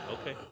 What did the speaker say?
Okay